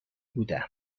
بودم